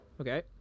Okay